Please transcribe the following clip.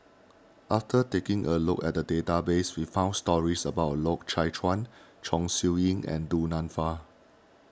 after taking a look at the database we found stories about Loy Chye Chuan Chong Siew Ying and Du Nanfa